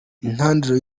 intandaro